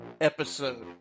episode